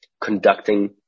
conducting